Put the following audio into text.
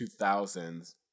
2000s